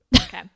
Okay